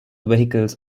vehicles